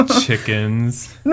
chickens